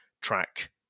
track